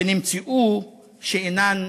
ונמצאו שאינן